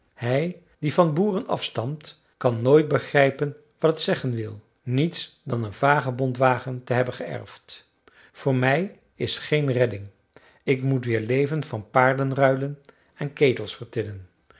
hij die van boeren afstamt kan nooit begrijpen wat het zeggen wil niets dan een vagebondenwagen te hebben geërfd voor mij is geen redding ik moet weer leven van paarden ruilen en ketels vertinnen